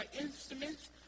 instruments